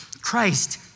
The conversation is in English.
Christ